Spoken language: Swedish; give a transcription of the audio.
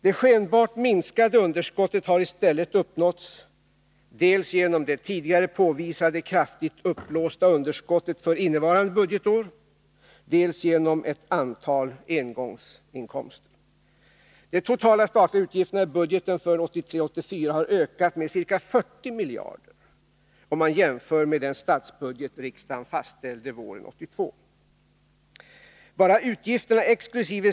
Det skenbart minskade underskottet har i stället uppnåtts dels genom det tidigare påvisade kraftigt uppblåsta underskottet för innevarande budgetår, dels genom ett antal engångsinkomster. De totala statliga utgifterna i budgeten för 1983/84 har ökat med ca 40 miljarder kronor om man jämför med den statsbudget riksdagen fastställde våren 1982. Bara utgifterna exkl.